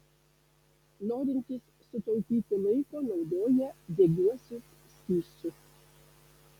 norintys sutaupyti laiko naudoja degiuosius skysčius